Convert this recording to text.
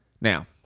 Now